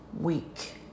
week